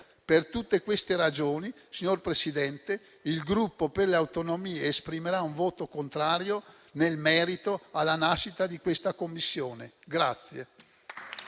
Per tutte queste ragioni, signor Presidente, il Gruppo per le Autonomie esprimerà un voto contrario alla nascita di questa Commissione